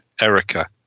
Erica